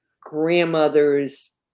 grandmother's